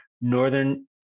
Northern